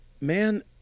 man